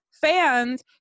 fans